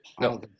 No